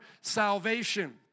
salvation